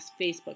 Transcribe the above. Facebook